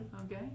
Okay